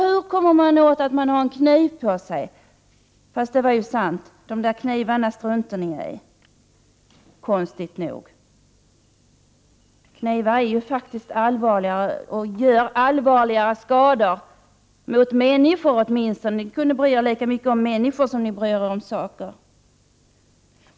Hur kommer man åt en kniv — men det är sant, knivarna struntar ni i, konstigt nog — som en person bär på sig? Knivar orsakar allvarligare skador, åtminstone på människor. Ni borde bry er lika mycket om människor som ni bryr er om saker.